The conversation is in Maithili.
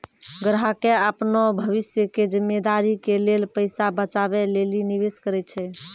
ग्राहकें अपनो भविष्य के जिम्मेदारी के लेल पैसा बचाबै लेली निवेश करै छै